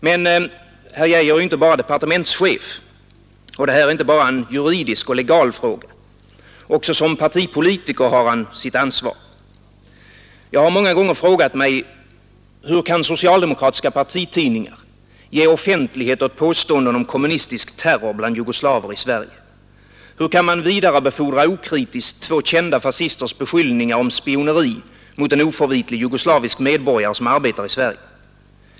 Herr Geijer är inte bara departementschef och detta är inte bara en juridisk och legal fråga. Också som partipolitiker har han sitt ansvar. Jag har många gånger frågat mig: Hur kan socialdemokratiska partitidningar ge offentlighet åt påståenden om kommunistisk terror bland jugoslaver i Sverige? Hur kan man okritiskt vidarebefordra två kända fascisters beskyllningar om spioneri mot en oförvitlig jugoslavisk medborgare som arbetar i Sverige?